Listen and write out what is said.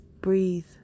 Breathe